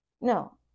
no